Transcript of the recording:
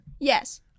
Yes